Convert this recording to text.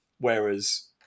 Whereas